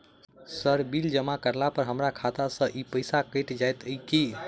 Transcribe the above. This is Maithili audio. सर बिल जमा करला पर हमरा खाता सऽ पैसा कैट जाइत ई की?